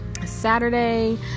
Saturday